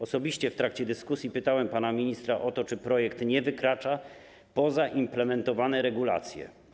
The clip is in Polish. Osobiście w trakcie dyskusji pytałem pana ministra o to, czy projekt nie wykracza poza implementowane regulacje.